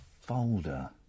folder